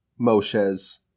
Moshe's